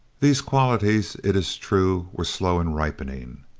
these qualities, it is true, were slow in ripening.